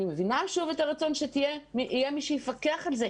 אני מבינה את הרצון שיהיה מי שיפקח על זה,